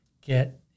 get